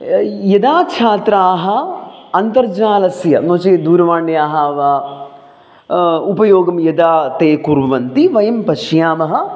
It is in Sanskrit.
यदा छात्राः अन्तर्जालस्य नो चेत् दूरवाण्याः वा उपयोगं यदा ते कुर्वन्ति वयं पश्यामः